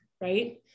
right